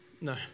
No